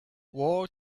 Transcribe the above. war